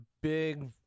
big